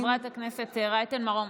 חברת הכנסת רייטן מרום.